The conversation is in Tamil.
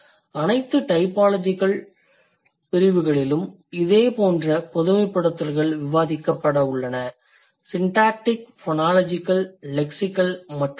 அனைத்து டைபாலஜிகல் பிரிவுகளிலும் இதேபோன்ற பொதுமைப்படுத்தல்கள் விவாதிக்கப்பட உள்ளன சிண்டாடிக் ஃபோனாலஜிகல் லெக்சிகல் மற்றும் பிற